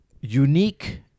unique